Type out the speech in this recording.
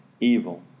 evil